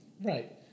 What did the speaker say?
right